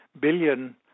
billion